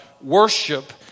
worship